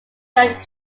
that